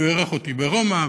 הוא אירח אותי ברומא,